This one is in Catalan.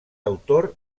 autor